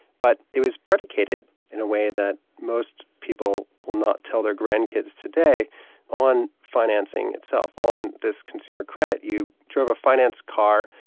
but it was predicated in a way that most people will not tell their grandkids today on financing itself, on this consumer credit. you drove a financed car,